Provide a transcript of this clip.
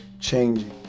changing